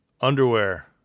Underwear